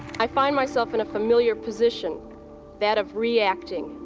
i find myself in a familiar position that of reacting,